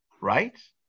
Right